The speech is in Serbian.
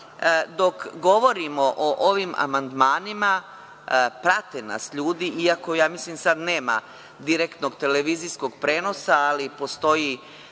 dok govorimo o ovim amandmanima, prate nas ljudi i ako mislim da sada nema direktnog televizijskog prenosa, ali postoji